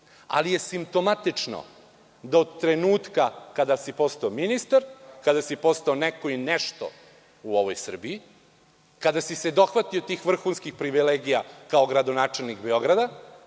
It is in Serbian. ljudi u Srbiji, da od kada si postao ministar, kada si postao neko i nešto u ovoj Srbiji, kada si se dohvatio tih vrhunskih privilegija, kao gradonačelnik Beograda,